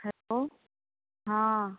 hello हाँ